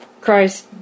Christ